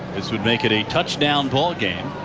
this would make it a touchdown ballgame.